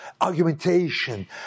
argumentation